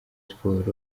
sport